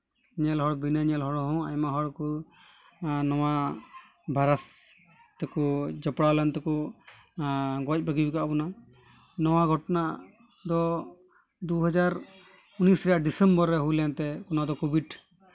ᱧᱮᱞ ᱦᱚᱲ ᱵᱤᱱᱟᱹ ᱦᱚᱲ ᱦᱚᱸ ᱟᱭᱢᱟ ᱦᱚᱲ ᱠᱚ ᱱᱚᱣᱟ ᱵᱷᱟᱭᱨᱟᱥ ᱛᱮᱠᱚ ᱡᱚᱯᱲᱟᱣ ᱞᱮᱱ ᱛᱮᱠᱚ ᱜᱚᱡ ᱵᱟᱹᱜᱤᱭᱟᱠᱟᱫ ᱵᱚᱱᱟ ᱱᱚᱣᱟ ᱜᱷᱚᱴᱚᱱᱟ ᱫᱚ ᱫᱩ ᱦᱟᱡᱟᱨ ᱩᱱᱤᱥ ᱨᱮᱭᱟᱜ ᱰᱤᱥᱮᱢᱵᱚᱨ ᱨᱮ ᱦᱩᱭ ᱞᱮᱱᱛᱮ ᱚᱱᱟ ᱫᱚ ᱠᱳᱵᱷᱤᱰ